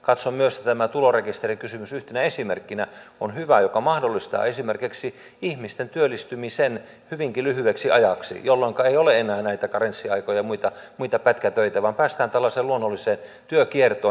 katson myös että tämä tulorekisterikysymys on hyvä yhtenä esimerkkinä joka mahdollistaa esimerkiksi ihmisten työllistymisen hyvinkin lyhyeksi ajaksi jolloinka ei ole enää näitä karenssiaikoja ja muita pätkätöitä vaan päästään tällaiseen luonnolliseen työkiertoon